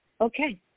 okay